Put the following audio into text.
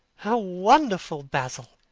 how wonderful, basil!